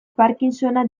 parkinsona